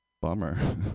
Bummer